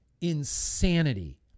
insanity